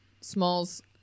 Smalls